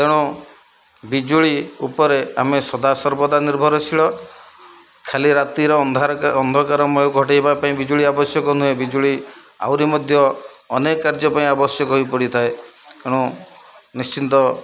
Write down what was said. ତେଣୁ ବିଜୁଳି ଉପରେ ଆମେ ସଦାସର୍ବଦା ନିର୍ଭରଶୀଳ ଖାଲି ରାତିର ଅନ୍ଧାର ଅନ୍ଧକାରମୟ ଘଟାଇବା ପାଇଁ ବିଜୁଳି ଆବଶ୍ୟକ ନୁହେଁ ବିଜୁଳି ଆହୁରି ମଧ୍ୟ ଅନେକ କାର୍ଯ୍ୟ ପାଇଁ ଆବଶ୍ୟକ ହେଇ ପଡ଼ିଥାଏ ତେଣୁ ନିଶ୍ଚିନ୍ତ